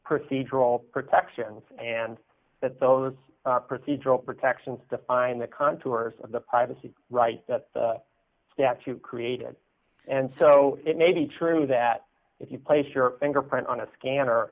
procedural protections and that those procedural protections define the contours of the privacy rights that statute created and so it may be true that if you place your fingerprint on a scanner